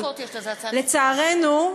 לצערנו,